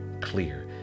clear